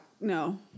no